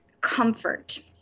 comfort